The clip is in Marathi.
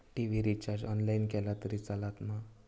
टी.वि रिचार्ज ऑनलाइन केला तरी चलात मा?